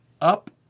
up